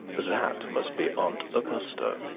that must be aunt augusta.